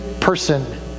person